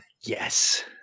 Yes